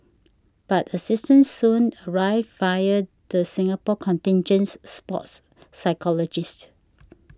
but assistance soon arrived via the Singapore contingent's sports psychologist